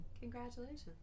Congratulations